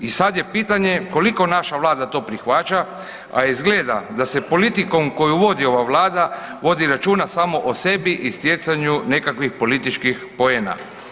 I sad je pitanje koliko naša Vlada to prihvaća, a izgleda da se politikom koju vodi ova Vlada, vodi računa samo o sebi i stjecanju nekakvih političkih poena.